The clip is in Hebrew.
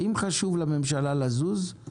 אם חשוב לממשלה לזוז,